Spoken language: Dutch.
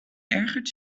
ergert